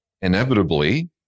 inevitably